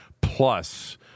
plus